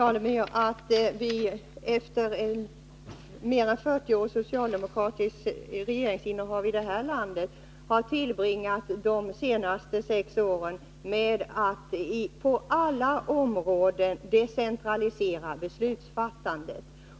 Herr talman! Efter mer än 40 års socialdemokratiskt regeringsinnehav här i landet har vi tillbringat de senaste fem åren med att på alla områden decentralisera beslutsfattandet.